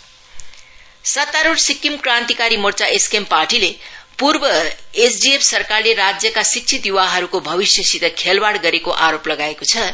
SKM सत्तारूढ Sikkim Krantikari Morcha SKM पार्टीले पूर्व एसडीएफ सरकारले राज्यका शिक्षित य्वाहरूको भविष्यसित खेलवाड गरेको आरोप लगाएको छ